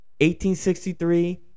1863